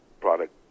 product